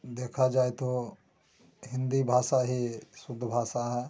देखा जाए तो हिन्दी भाषा ही शुद्ध भाषा है